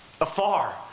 afar